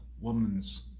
woman's